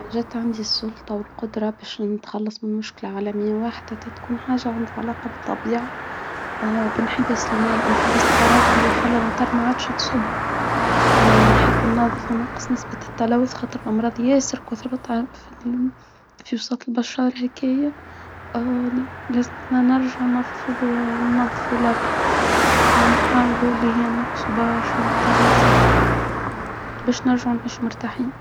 كان جت عندي الشنطة والقدرة باش نتخلص من مشكلة عالمية واحدة تتكون حاجة عندها علاقة بالطبيعة انحداس المال انحباس الحراري إللي خلا الامطار ما عادش تصب نحب نظف ونقص نسبة التلوث خاطر الامراض البشرة الهكايا نرجعو نضفو ونحاولو لي هي نقصو من التلوث نتاعها، باش نرجعو نعيشو مرتاحين.